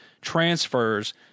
transfers